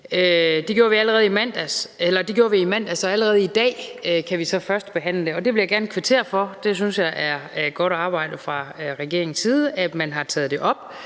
Det gjorde vi i mandags, og allerede i dag kan vi så førstebehandle det, og det vil jeg gerne kvittere for – jeg synes, det er godt arbejde fra regeringens side, at man har taget det op.